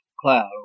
cloud